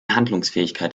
handlungsfähigkeit